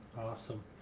Awesome